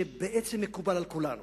שבעצם מקובל על כולנו,